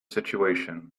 situation